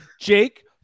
Jake